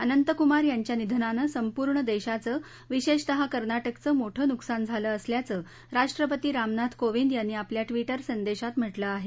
अनंतकुमार यांच्या निधनानं संपूर्ण देशाचं विशेषतः कर्नाटकचं मोठं नुकसान झालं असल्याचं राष्ट्रपती रामनाथ कोविंद यांनी आपल्या ट्विटर संदेशात म्हटलं आहे